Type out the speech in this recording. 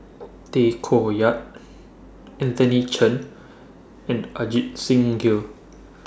Tay Koh Yat Anthony Chen and Ajit Singh Gill